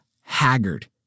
Haggard